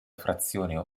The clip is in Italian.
frazione